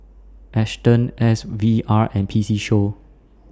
Astons S V R and P C Show